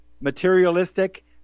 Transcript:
materialistic